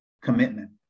commitment